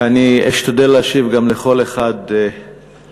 ואני אשתדל להשיב גם לכל אחד ספציפית.